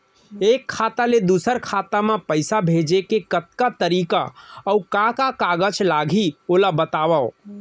एक खाता ले दूसर खाता मा पइसा भेजे के कतका तरीका अऊ का का कागज लागही ओला बतावव?